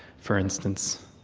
for instance.